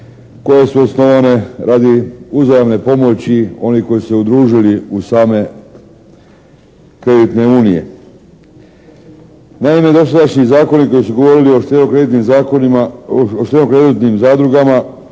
koje su osnovane radi uzajamne pomoći onih koji su se udružili u same kreditne unije. Naime dosadašnji zakoni koji su govorili o štedno-kreditnim zakonima,